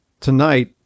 tonight